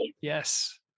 Yes